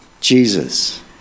Jesus